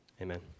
amen